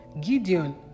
Gideon